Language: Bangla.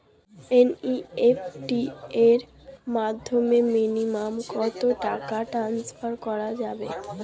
এন.ই.এফ.টি এর মাধ্যমে মিনিমাম কত টাকা টান্সফার করা যাবে?